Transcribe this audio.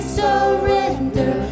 surrender